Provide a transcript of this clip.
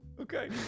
Okay